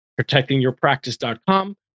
protectingyourpractice.com